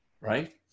right